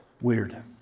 weird